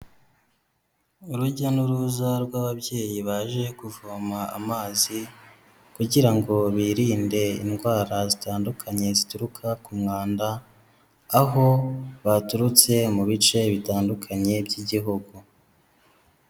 Urujya n'uruza rw'ababyeyi baje kuvoma amazi kugira ngo birinde indwara zitandukanye zituruka ku mwanda, aho baturutse mu bice bitandukanye by'igihugu.